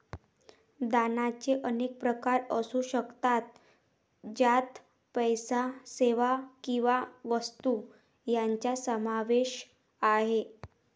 दानाचे अनेक प्रकार असू शकतात, ज्यात पैसा, सेवा किंवा वस्तू यांचा समावेश आहे